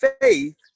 faith